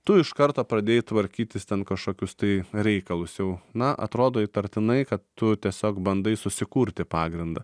tu iš karto pradėjai tvarkytis ten kažkokius tai reikalus jau na atrodo įtartinai kad tu tiesiog bandai susikurti pagrindą